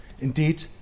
Indeed